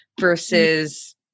versus